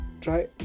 try